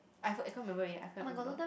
I I can't remember already I can't remember